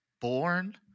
born